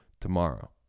tomorrow